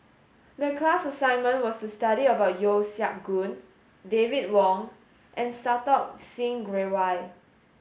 the class assignment was to study about Yeo Siak Goon David Wong and Santokh Singh Grewal